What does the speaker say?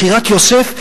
מכירת יוסף,